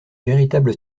véritable